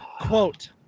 Quote